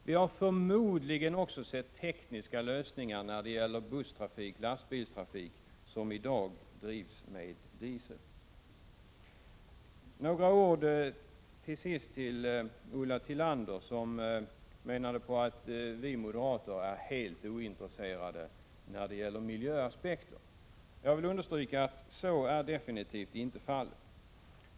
Vi har då förmodligen också fått tekniska lösningar när det gäller busstrafiken och lastbilstrafiken, som i dag drivs med Till sist vill jag säga några ord till Ulla Tillander som menade att vi moderater är helt ointresserade när det gäller miljöaspekten. Jag vill understryka att så definitivt inte är fallet.